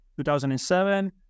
2007